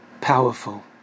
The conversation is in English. powerful